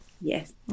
Yes